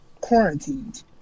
quarantined